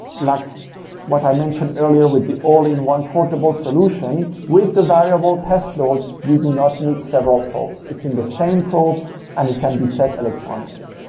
like what i mentioned earlier, with the all in one portable solution, with the variable test load, you do not need several probes. it's in the same probe and it can be set electronically.